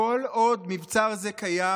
כל עוד מבצר זה קיים"